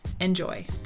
Enjoy